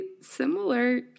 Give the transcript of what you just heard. similar